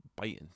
biting